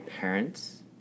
parents